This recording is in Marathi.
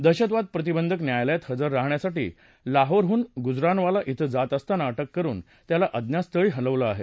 दहशतवाद प्रतिबंधक न्यायालयात हजर राहण्यासाठी लाहोरहून गुजरानवाला ििं जात असताना अटक करून त्याला अज्ञात स्थळी हलवलं आहे